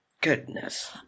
goodness